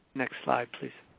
next slide, please.